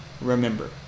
remember